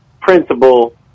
principal